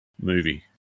movie